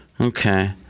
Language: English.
Okay